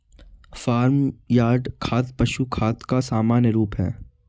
farm yard खाद पशु खाद का सामान्य रूप है